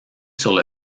sur